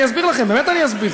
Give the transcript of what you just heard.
אני אסביר לכם, באמת אני אסביר.